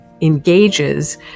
engages